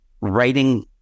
writing